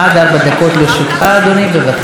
אדוני השר,